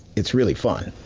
it's really fun.